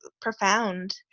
profound